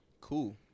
Cool